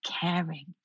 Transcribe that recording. caring